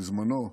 בזמנו,